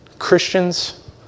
Christians